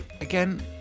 again